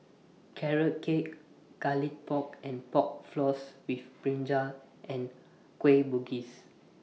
Carrot Cake Garlic Pork and Pork Floss with Brinjal and Kueh Bugis